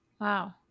Wow